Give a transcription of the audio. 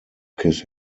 kiss